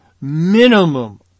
minimum